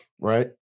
Right